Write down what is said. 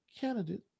candidate